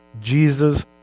Jesus